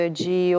de